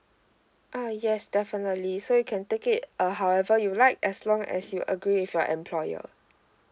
err yes definitely so you can take it err however you like as long as you agree with your employer